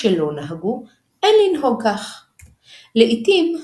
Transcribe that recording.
ופוסקים רבים אסרו לשנות ממנהג המקום הקדמון.